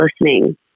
listening